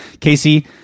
Casey